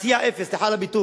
בעשייה, אפס, סליחה על הביטוי.